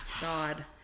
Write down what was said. God